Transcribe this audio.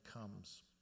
comes